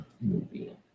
movie